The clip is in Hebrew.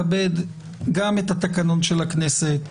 כבד גם את התקנון של הכנסת,